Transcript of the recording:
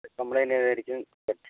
complaint ചെയ്യുന്നതായിരിക്കും ബെട്ര്